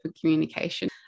communication